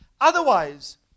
Otherwise